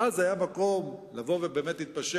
ואז היה מקום להתפשר.